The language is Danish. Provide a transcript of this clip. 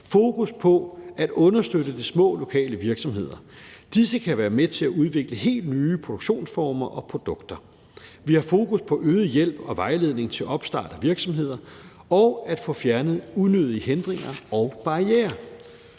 fokus på at understøtte de små lokale virksomheder. Disse kan være med til at udvikle helt nye produktionsformer og produkter. Vi har fokus på øget hjælp og vejledning til opstart af virksomheder og på at få fjernet unødige hindringer og barrierer.